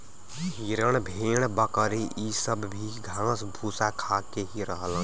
हिरन भेड़ बकरी इ सब भी घास फूस खा के ही रहलन